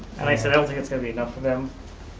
and i said i don't think it's gonna be enough for them.